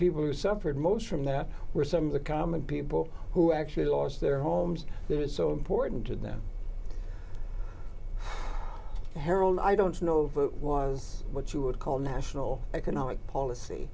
people who suffered most from that were some of the common people who actually lost their homes there is so important to them harold i don't know if it was what you would call national economic policy